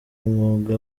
umwuga